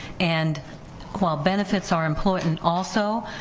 and while benefits are employment also,